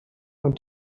und